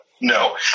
no